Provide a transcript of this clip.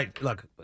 Look